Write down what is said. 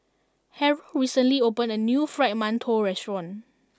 Harrold recently opened a new Fried Mantou restaurant